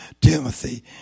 Timothy